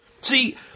See